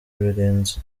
birinze